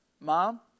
Mom